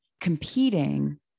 competing